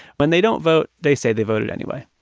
when they don't vote, they say they voted anyway